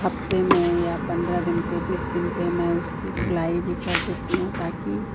हफ़्ते में या पन्द्रह दिन पर बीस दिन पर मैं उसकी धुलाई भी कर देती हूँ ताकि